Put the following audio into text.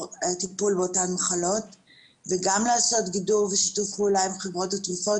הטיפול באותן מחלות וגם לעשות גידור ושיתוף פעולה עם חברות התרופות